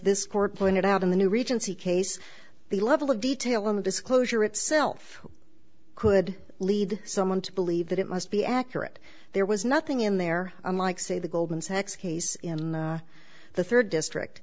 this court pointed out in the new regency case the level of detail in the disclosure itself could lead someone to believe that it must be accurate there was nothing in there unlike say the goldman sachs case in the third district